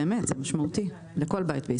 באמת, זה משמעותי לכל בית בישראל.